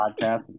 podcast